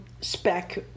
spec